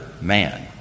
man